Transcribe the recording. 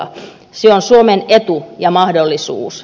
se on suomen etu ja mahdollisuus